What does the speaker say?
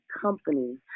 company